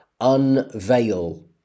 unveil